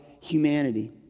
humanity